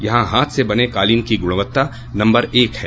यहां हाथ से बने कालीन की गुणवत्ता नम्बर एक है